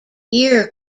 ear